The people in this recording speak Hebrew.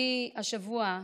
השבוע,